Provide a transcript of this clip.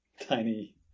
tiny